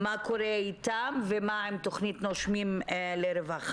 מה קורה איתם, ומה עם תכנית "נושמים לרווחה".